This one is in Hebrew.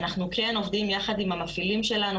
אנחנו כן עובדים יחד עם המפעילים שלנו,